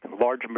large